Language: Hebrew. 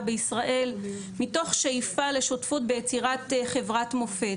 בישראל מתוך שאיפה לשותפות ביצירת חברת מופת.